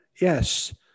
Yes